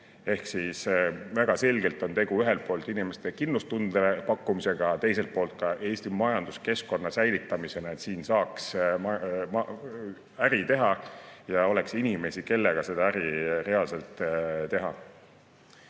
külastanud. Väga selgelt on tegu ühelt poolt inimestele kindlustunde pakkumisega, teiselt poolt ka Eesti majanduskeskkonna säilitamisega, et siin saaks äri teha ja oleks inimesi, kellega seda äri reaalselt